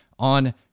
on